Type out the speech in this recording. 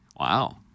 Wow